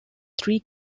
three